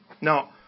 Now